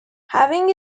having